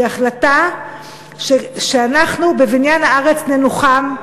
היא החלטה שאנחנו בבניין הארץ ננוחם,